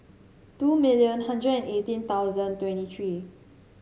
two million a hundred and eighteen twenty three